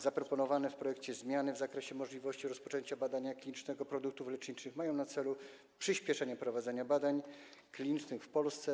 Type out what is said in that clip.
Zaproponowane w projekcie rozwiązania w zakresie możliwości rozpoczęcia badania klinicznego produktów leczniczych mają na celu przyspieszenie prowadzenia badań klinicznych w Polsce.